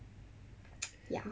ya